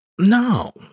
No